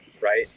Right